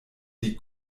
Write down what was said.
die